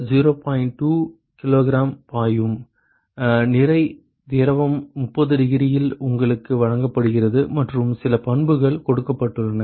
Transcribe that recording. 2 Kg பாயும் நிறை திரவம் 30 டிகிரியில் உங்களுக்கு வழங்கப்படுகிறது மற்றும் சில பண்புகள் கொடுக்கப்பட்டுள்ளன